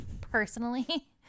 Personally